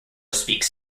speaks